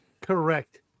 correct